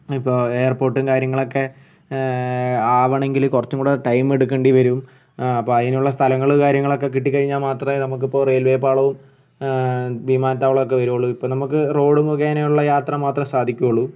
ഇപ്പോൾ എയർപോർട്ടും കാര്യങ്ങളൊക്കെ ആവണമെങ്കിൽ കുറച്ച് കൂടി ടൈം എടുക്കേണ്ടി വരും അപ്പം അതിനുള്ള സ്ഥലങ്ങൾ കാര്യങ്ങളൊക്കെ കിട്ടി കഴിഞ്ഞാൽ മാത്രമേ നമുക്ക് ഇപ്പോൾ റെയിൽവേ പാളവും വിമാനത്താവളം ഒക്കെ വരുള്ളൂ ഇപ്പോൾ നമുക്ക് റോഡ് മുഖേനയുള്ള യാത്ര മാത്രമേ സാധിക്കുള്ളൂ